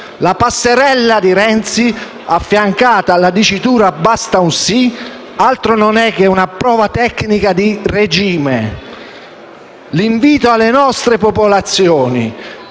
La passerella di Renzi, affiancata alla dicitura «Basta un sì», altro non è che una prova tecnica di regime. L'invito alle nostre popolazioni